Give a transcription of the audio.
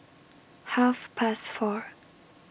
Half Past four